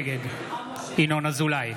נגד ינון אזולאי,